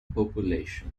population